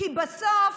בסוף,